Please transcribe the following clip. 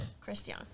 Christian